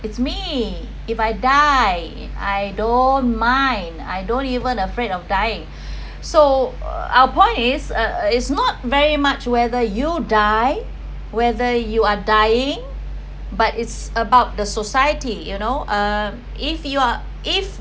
it's me if I die I don't mind I don't even afraid of dying so our point is uh is not very much whether you die whether you are dying but it's about the society you know uh if you are if